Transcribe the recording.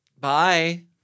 Bye